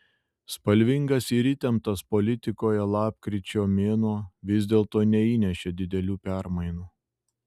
spalvingas ir įtemptas politikoje lapkričio mėnuo vis dėlto neįnešė didelių permainų